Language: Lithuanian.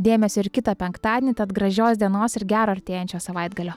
dėmesio ir kitą penktadienį tad gražios dienos ir gero artėjančio savaitgalio